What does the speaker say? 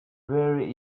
very